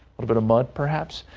but a month perhaps